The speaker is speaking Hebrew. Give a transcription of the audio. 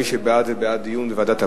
מי שבעד, זה בעד דיון בוועדת הפנים,